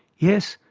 yes,